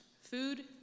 food